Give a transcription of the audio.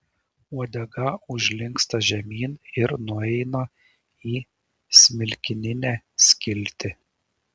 uodega užlinksta žemyn ir nueina į smilkininę skiltį